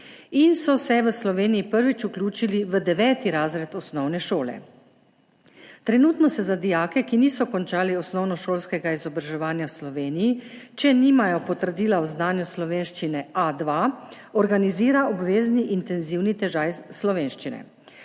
in so se v Sloveniji prvič vključili v 9. razred osnovne šole. Trenutno se za dijake, ki niso končali osnovnošolskega izobraževanja v Sloveniji, če nimajo potrdila o znanju slovenščine A2, organizira obvezni intenzivni tečaj slovenščine.